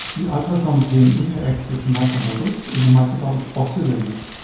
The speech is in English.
the ultrasound then interacts with microbubbles and the microbubbles oscillate,